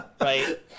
right